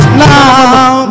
now